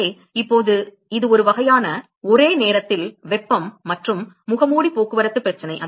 எனவே இப்போது எனவே இது ஒரு வகையான ஒரே நேரத்தில் வெப்பம் மற்றும் முகமூடி போக்குவரத்து பிரச்சனை